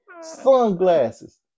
sunglasses